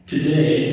Today